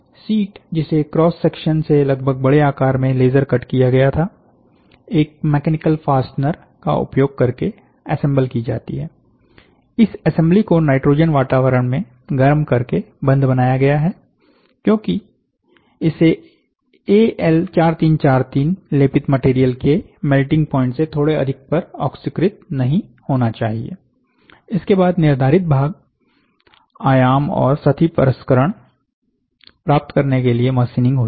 sheet जिसे cross section से लगभग बड़े आकार में लेजर कट किया गया था एक मैकेनिकल फास्टनर का उपयोग करके असेंबल की जाती है इस असेंबली को नाइट्रोजन वातावरण में गर्म करके बंध बनाया गया है क्योंकि इसे एएल 4343 लेपित मटेरियल के मेल्टिंग पॉइंट से थोड़े अधिक पर ऑक्सीकृत नहीं होना चाहिए इसके बाद निर्धारित भाग आयाम और सतही परिष्करण प्राप्त करने के लिए मशीनिंग होती है